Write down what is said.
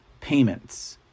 payments